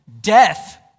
death